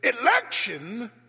Election